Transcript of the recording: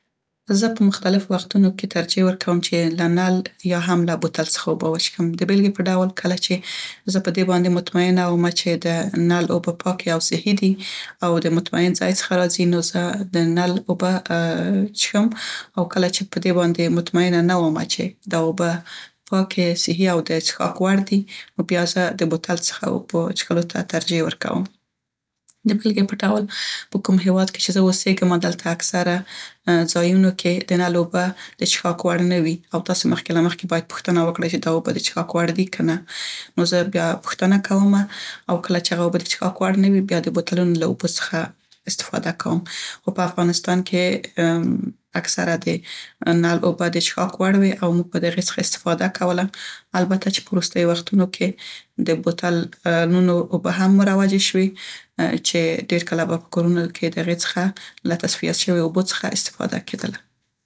زه په مختلفو وختونو کې ترجیح ورکوم چې له نل یا هم له بوتل څخه اوبه وچښم. .چښم د بیلګې په ډول کله چې زه په دې باندې مطمینه ومه چې د نل اوبه پاکې او صحي دي او د مطمین ځای څخه راځي نو زه د نل اوبه اوکله چې په دې باندې مطمینه نه وم چې دا اوبه پاکې، صحي او د څښاک وړ دي نو بیا زه د بوتل څخه اوبو چښلو ته ترجیح ورکوم. د بیلګې په ډول په کوم هیواد کې چې زه اوسیګمه دلته اکثره ځایونو کې د نل اوبه د چښاک وړ ندي او تاسې مخکې له مخکې باید پوښتنه وکړی چې دا اوبه د چښاک وړ دي، که نه؟ نو زه بیا پوښتنه کومه او کله چې هغه اوبه د چښاک وړ نه وي نو بیا د بوتلونو له اوبو څخه استفاده کوم. ،اکثره د نل اوبه د چښاک وړ وي خو په افغانستان کې او موږ به د هغې څخه استفاده کوله، البته چې په وروستیو وختونو کې د بوتل ونو اوبه هم مروجې شوې چې ډير کله به په کورونو کې د هغې څخه، له تصفیه شویو اوبو څخه استفاده کیدله.